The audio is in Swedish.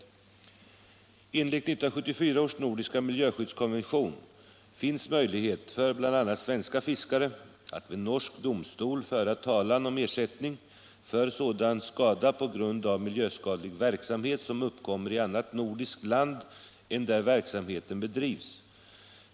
Enligt 1974 års nordiska miljöskyddskonvention finns möjlighet för bl.a. svenska fiskare att vid norsk domstol föra talan om ersättning för sådan skada på grund av miljöskadlig verksamhet som uppkommer i annat nordiskt land än det där verksamheten bedrivs.